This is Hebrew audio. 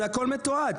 זה הכול מתועד.